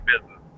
business